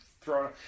throwing